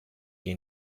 che